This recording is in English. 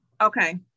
okay